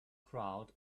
crowd